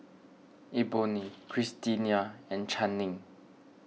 Eboni Christina and Channing